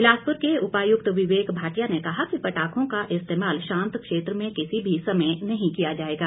बिलासपुर के उपायुक्त विवेक भाटिया ने कहा कि पटाखों का इस्तेमाल शांत क्षेत्र में किसी भी समय नहीं किया जाएगा